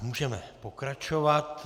Můžeme pokračovat.